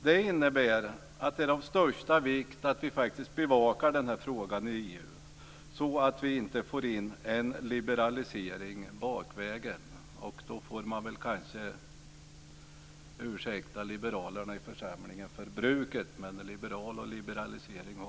Det är av största vikt att regeringen bevakar den här frågan, så att vi inte får in en liberalisering bakvägen - jag får be liberalerna i församlingen om ursäkt för användningen av ordet liberalisering.